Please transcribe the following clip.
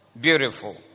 Beautiful